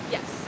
Yes